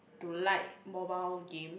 to like mobile game